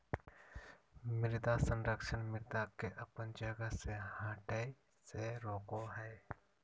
मृदा संरक्षण मृदा के अपन जगह से हठय से रोकय हइ